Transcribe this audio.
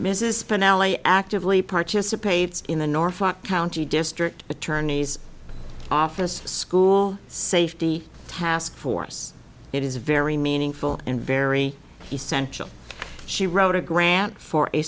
mrs spinelli actively participates in the norfolk county district attorney's office school safety task force it is a very meaningful and very essential she wrote a grant for a